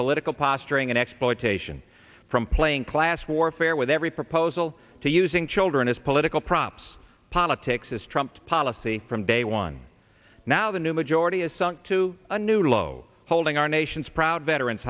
political posturing and exploitation from playing class warfare with every proposal to using children as political props politics is trumped policy from day one now the new majority has sunk to a new low holding our nation's proud veterans